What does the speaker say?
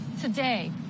Today